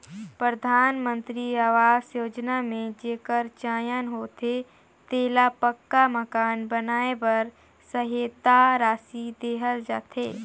परधानमंतरी अवास योजना में जेकर चयन होथे तेला पक्का मकान बनाए बर सहेता रासि देहल जाथे